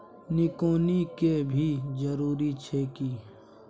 निकौनी के भी जरूरी छै की?